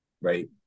right